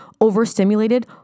overstimulated